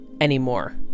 anymore